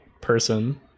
person